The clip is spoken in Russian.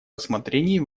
рассмотрении